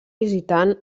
visitant